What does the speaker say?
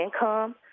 income